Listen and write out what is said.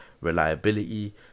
reliability